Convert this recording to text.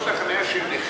במקומות החנייה של נכים